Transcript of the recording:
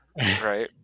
Right